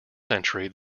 century